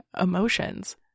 emotions